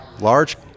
large